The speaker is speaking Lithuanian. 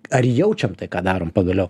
ar jaučiam tai ką darom pagaliau